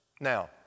Now